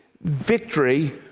victory